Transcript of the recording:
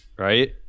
right